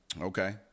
Okay